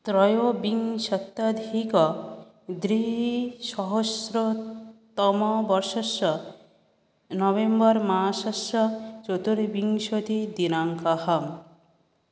त्रयोविंशत्यधिकद्विसहस्रतमवर्षस्य नवेम्बर्मासस्य चतुर्विंशतिदिनाङ्कः